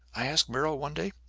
i asked merrill, one day.